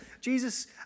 Jesus